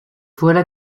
voilà